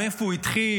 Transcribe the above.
איך הוא התחיל,